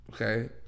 Okay